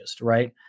right